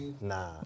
nah